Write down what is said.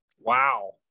Wow